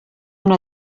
una